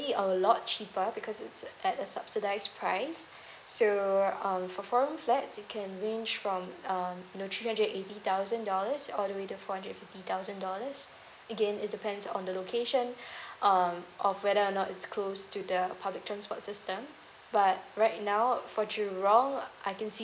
a lot cheaper because it's at a subsidize price so um for four room flat it can range from um you know three hundred and eighty thousand dollars all the way to four hundred and fifty thousand dollars again it depends on the location um of whether or not it's close to the public transport system but right now for jurong I can see